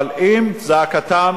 אבל אם זעקתם